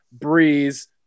Breeze